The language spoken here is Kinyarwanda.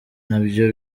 nabyo